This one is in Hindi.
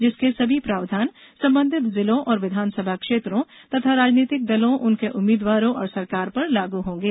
जिसके सभी प्रावधान संबंधित जिलों और विधानसभा क्षेत्रों तथा राजनीतिक दलों उनके उम्मीदवारों और सरकार पर लागू होंगे